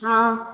हाँ